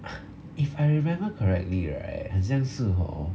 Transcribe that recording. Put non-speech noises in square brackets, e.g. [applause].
[noise] if I remember correctly right 很像是 hor